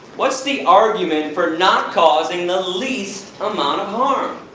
what's the argument for not causing the least amount of harm?